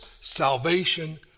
salvation